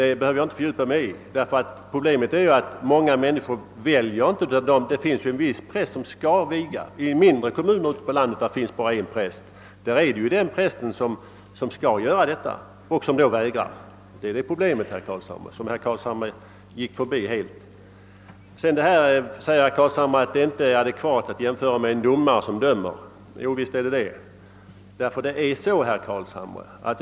Det behöver jag inte fördjupa mig i, därför att problemet är att många människor inte kan välja präst. I mindre kommuner på landet finns bara en präst, och denna präst skall viga människor. Problemet uppstår då denne vägrar, och det gick herr Carlshamre helt förbi. Herr Carlshamre säger att det inte är adekvat att jämföra med en domare. Visst kan man det!